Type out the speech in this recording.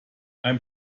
i’m